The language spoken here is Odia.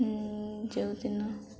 ଯେଉଁଦିନ